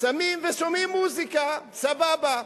שמים ושומעים מוזיקה, סבבה.